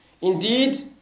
indeed